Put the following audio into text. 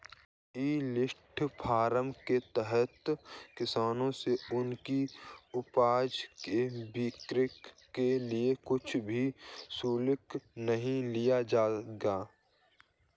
ई platform के तहत किसानों से उनकी उपज की बिक्री के लिए कुछ भी शुल्क नहीं लिया जाएगा